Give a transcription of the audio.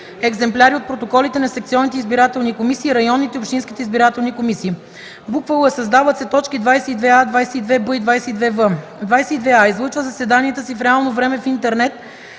екземпляри от протоколите на секционните избирателни комисии, районните и общинските избирателни комисии”; л) създават се т. 22а, 22б и 22в: „22а. излъчва заседанията си в реално време в интернет